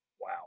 Wow